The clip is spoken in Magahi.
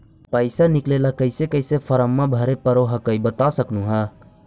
पैसा निकले ला कैसे कैसे फॉर्मा भरे परो हकाई बता सकनुह?